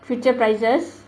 future prices